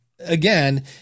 again